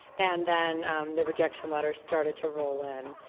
and then the rejection letters started to roll in.